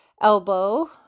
elbow